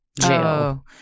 jail